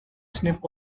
snip